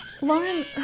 Lauren